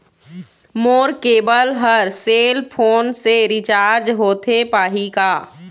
मोर cable हर cell phone से recharge होथे पाही का?